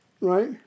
Right